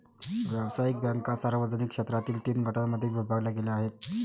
व्यावसायिक बँका सार्वजनिक क्षेत्रातील तीन गटांमध्ये विभागल्या गेल्या आहेत